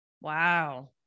Wow